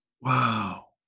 Wow